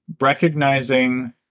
recognizing